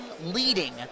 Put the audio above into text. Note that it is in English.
leading